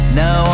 no